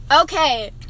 okay